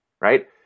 right